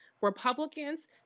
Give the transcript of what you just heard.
Republicans